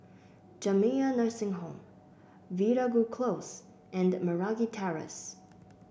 Jamiyah Nursing Home Veeragoo Close and Meragi Terrace